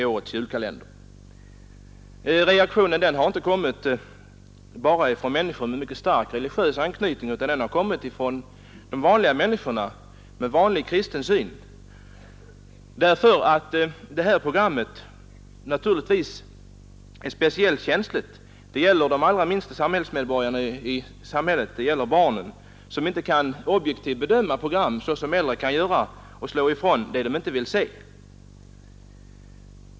Den reaktionen har inte bara kommit från människor med mycket stark religiös anknytning utan även från personer med vanlig kristen syn, vilket visar att ifrågavarande program är speciellt känsligt. Det riktar sig till de allra minsta samhällsmedborgarna, barnen, som inte kan bedöma programmen objektivt såsom vi äldre. Vi kan ju stänga av det som vi inte vill se.